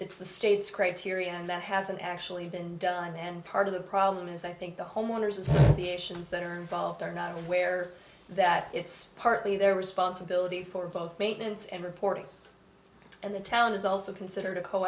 it's the state's criteria and that hasn't actually been done and part of the problem is i think the homeowners associations that are involved are not aware that it's partly their responsibility for both maintenance and reporting and the town is also considered a co